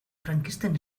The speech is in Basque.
frankisten